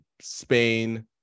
Spain